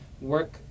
work